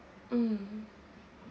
mm